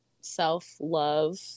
self-love